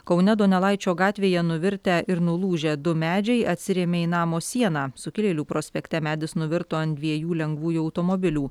kaune donelaičio gatvėje nuvirtę ir nulūžę du medžiai atsirėmė į namo sieną sukilėlių prospekte medis nuvirto ant dviejų lengvųjų automobilių